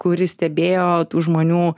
kuri stebėjo tų žmonių